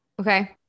okay